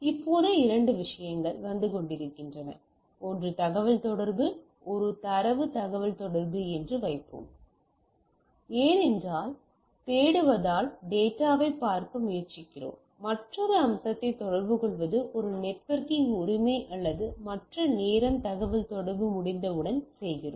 இப்போது இரண்டு விஷயங்கள் வந்து கொண்டிருக்கின்றன ஒன்று தகவல் தொடர்பு ஒரு தரவு தகவல்தொடர்பு என்று வைப்போம் ஏனென்றால் தேடுவதால் டேட்டாவைப் பார்க்க முயற்சிக்கிறோம் மற்றொரு அம்சத்தை தொடர்புகொள்வது ஒரு நெட்வொர்க்கிங் உரிமை அல்லது மற்ற நேரம் தகவல் தொடர்பு முடிந்தவுடன் செய்கிறோம்